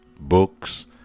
books